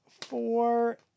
four